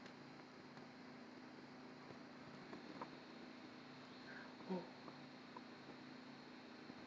hmm